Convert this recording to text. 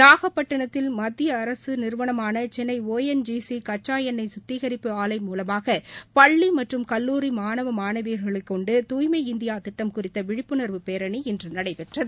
நாகப்பட்டினத்தில் மத்தியஅரசுநிறுவனமானசென்ன O N G சிகச்சாஎண்ணெய் சுத்திகரிப்பு ஆலை மூலமாகபள்ளிமற்றும் கல்லூரி மாணவ மாணவியர்களைக் கொண்டு தூய்மை இந்தியாதிட்டம் குறித்தவிழிப்புணர்வு பேரணி இன்றுநடைபெற்றது